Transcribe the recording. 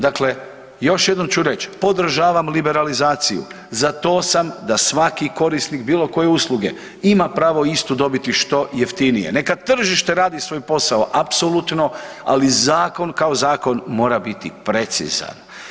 Dakle, još jednom ću reći podržavam liberalizaciju, za to sam da svaki korisnik bilo koje usluge ima pravo istu dobiti što jeftinije, neka tržište radi svoj posao apsolutno, ali zakon kao zakon mora biti precizan.